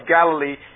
Galilee